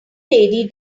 lady